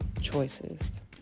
choices